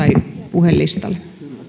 puhelistalle